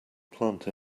plant